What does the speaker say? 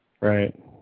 Right